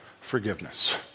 forgiveness